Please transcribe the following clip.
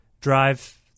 drive